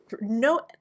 no